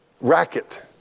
racket